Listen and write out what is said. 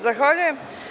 Zahvaljujem.